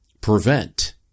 prevent